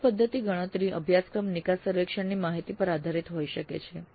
પરોક્ષ પદ્ધતિની ગણતરી અભ્યાસક્રમ નિકાસ સર્વેક્ષણની માહિતી પર આધારિત હોઈ શકે છે